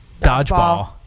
dodgeball